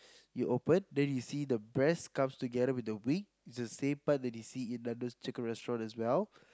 you open then you see the breast comes together with the wing it's the same part that you see in Nando's chicken restaurant as well